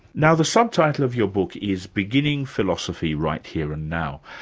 now the sub-title of your book is beginning philosophy right here and now.